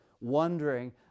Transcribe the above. wondering